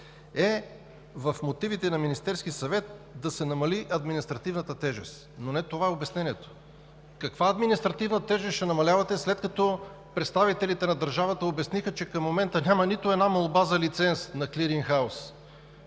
е Софийската стокова борса, е да се намали административната тежест, но не това е обяснението. Каква административна тежест ще намалявате, след като представителите на държавата обясниха, че към момента няма нито една молба за лиценз на клиринг хауз?